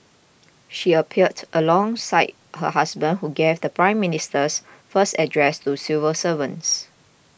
she appeared alongside her husband who gave the Prime Minister's first address to civil servants